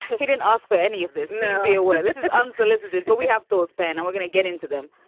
he didn't ask for any of this. be aware this is unsolicited. but we have thoughts, ben. and we're gonna get into them.